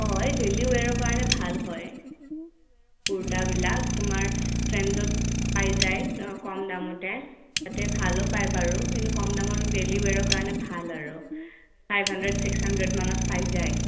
অঁ এই ডেইলি ৱেৰৰ কাৰণে ভাল হয় কুৰ্তাবিলাক তোমাৰ ট্ৰেণ্ডজত পাই যায় কম দামতে তাতে ভালো পায় বাৰু কিন্তু কম দামত ডেইলি ৱেৰৰ কাৰণে ভাল আৰু ফাইভ হাণ্ড্ৰেড ছিক্স হাণ্ড্ৰেডমানত পাই যায়